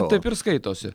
taip ir skaitosi